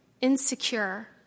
insecure